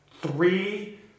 three